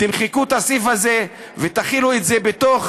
תמחקו את הסעיף הזה ותחילו את זה בתוך